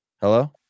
Hello